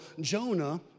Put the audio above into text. Jonah